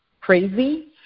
crazy